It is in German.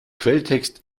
quelltext